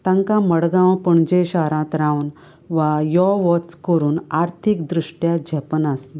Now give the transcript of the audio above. तांकां मडगांव पणजे शारांत रावन वा यो वच करून आर्थिक दृश्ट्या झेपनासलें